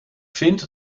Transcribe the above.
vind